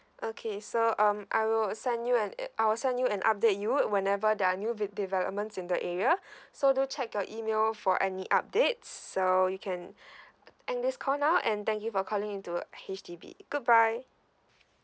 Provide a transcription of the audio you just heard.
okay so um I will send you an uh I'll send you an update you whenever there are new ve~ developments in the area so do check your email for any updates so you can end this call now and thank you for calling into H_D_B goodbye